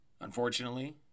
Unfortunately